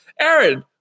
Aaron